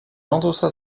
endossa